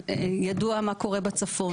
ידוע מה קורה בצפון.